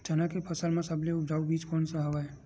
चना के फसल म सबले उपजाऊ बीज कोन स हवय?